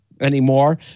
anymore